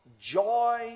joy